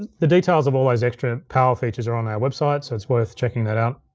the details of all those extra power features are on their website, so it's worth checking that out.